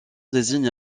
désigne